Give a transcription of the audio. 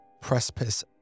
precipice